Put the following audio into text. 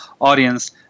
audience